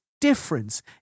difference